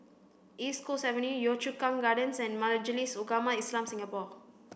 East Coast Avenue Yio Chu Kang Gardens and Majlis Ugama Islam Singapura